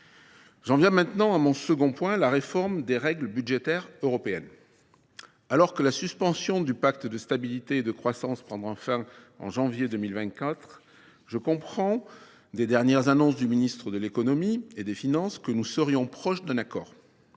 J’en viens maintenant à mon second point : la réforme des règles budgétaires européennes. Alors que la suspension du pacte de stabilité et de croissance prendra fin en janvier 2024, je comprends des dernières annonces du ministre de l’économie et des finances que nous serions proches d’un accord.